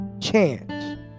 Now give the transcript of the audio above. chance